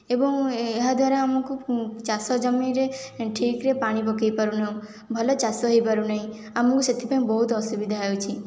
ଏବଂ ଏହାଦ୍ୱାରା ଆମକୁ ଚାଷ ଜମିରେ ଠିକରେ ପାଣି ପକେଇ ପାରୁନାହୁଁ ଭଲ ଚାଷ ହୋଇପାରୁନାହିଁ ଆମକୁ ସେଥିପାଇଁ ବହୁତ ଅସୁବିଧା ହେଉଛି